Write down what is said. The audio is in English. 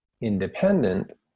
independent